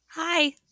Hi